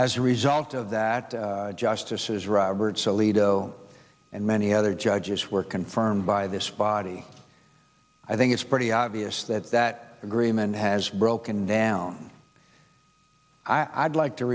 as a result of that justices roberts alito and many other judges were confirmed by this body i think it's pretty obvious that that agreement has broken down i'd like to